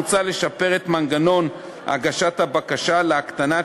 מוצע לשפר את מנגנון הגשת הבקשה להקטנת